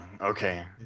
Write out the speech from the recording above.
okay